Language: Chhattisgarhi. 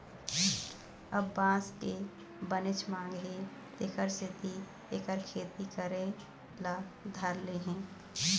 अब बांस के बनेच मांग हे तेखर सेती एखर खेती करे ल धर ले हे